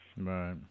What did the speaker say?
Right